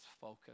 focus